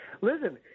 Listen